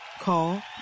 Call